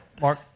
Mark